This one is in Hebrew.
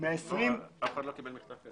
לא קיבלנו את החומר הזה.